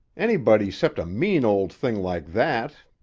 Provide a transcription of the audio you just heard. anybody cept a mean old thing like that!